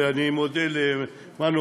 ואני מודה למנו,